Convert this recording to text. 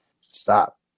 Stop